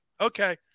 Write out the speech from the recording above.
Okay